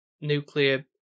nuclear